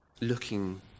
looking